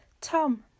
tom